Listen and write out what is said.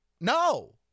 No